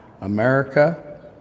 America